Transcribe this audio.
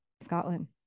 Scotland